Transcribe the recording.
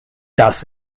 das